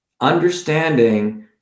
understanding